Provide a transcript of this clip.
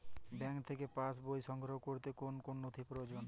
Bank থেকে pass বই সংগ্রহ করতে কোন কোন নথি প্রয়োজন?